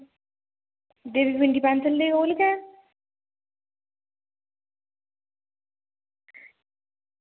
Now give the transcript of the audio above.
देवी पिंडी पैंथल दे कोल गै